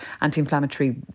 Anti-inflammatory